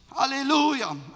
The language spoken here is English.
Hallelujah